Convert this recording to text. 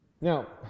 Now